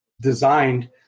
designed